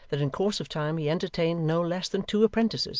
that in course of time he entertained no less than two apprentices,